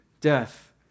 death